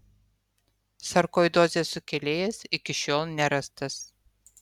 sarkoidozės sukėlėjas iki šiol nerastas